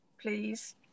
please